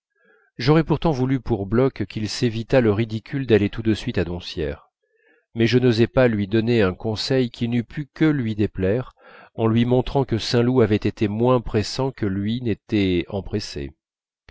j'aurais pourtant voulu pour bloch qu'il s'évitât le ridicule d'aller tout de suite à doncières mais je n'osais pas lui donner un conseil qui n'eût pu que lui déplaire en lui montrant que saint loup avait été moins pressant que lui n'était empressé